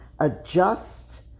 adjust